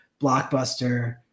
blockbuster